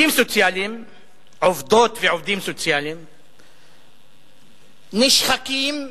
עובדות ועובדים סוציאליים נשחקים,